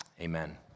Amen